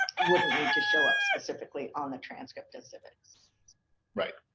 wouldn't need to show up specifically on the transcript in civics right